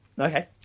okay